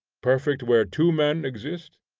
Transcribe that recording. perfect where two men exist,